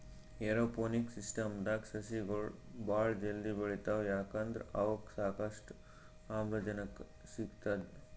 aeroponics ಸಿಸ್ಟಮ್ದಾಗ್ ಸಸಿಗೊಳ್ ಭಾಳ್ ಜಲ್ದಿ ಬೆಳಿತಾವ್ ಯಾಕಂದ್ರ್ ಅವಕ್ಕ್ ಸಾಕಷ್ಟು ಆಮ್ಲಜನಕ್ ಸಿಗ್ತದ್